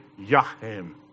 Yaham